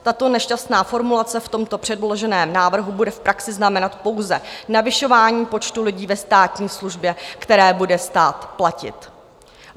Tato nešťastná formulace v tomto předloženém návrhu bude v praxi znamenat pouze navyšování počtu lidí ve státní službě, které bude stát platit.